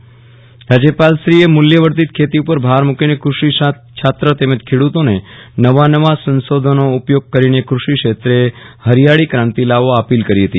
રાજયપાલશ્રી એ મૂલ્યવર્ષિત ખેતી ઉપર ભાર મૂકીને કૂષિ છાત્ર તેમજ ખેડૂતોને નવા નવા સંશોધનો ઉપયોગ કરીને કૂષિ ક્ષેત્રે હરિયાળી ક્રાંતિ લાવવા અપીલ કરી હતી